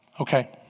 Okay